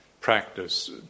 practice